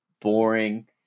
boring